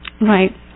Right